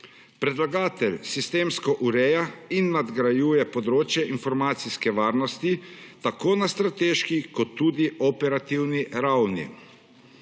Predlagatelj sistemsko ureja in nadgrajuje področje informacijske varnosti, tako na strateški kot tudi operativni ravni.